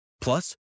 Plus